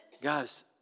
Guys